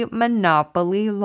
monopoly